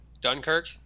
Dunkirk